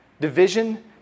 Division